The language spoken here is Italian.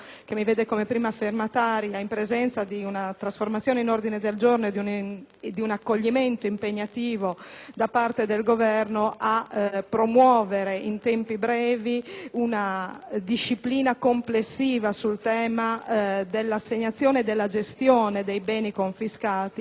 di un accoglimento dell'impegno da parte del Governo a promuovere in tempi brevi una disciplina complessiva sul tema dell'assegnazione e della gestione dei beni confiscati. L'emendamento 33.0.101 (testo 2) interviene in particolare sulla fase di gestione